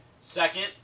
Second